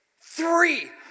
Three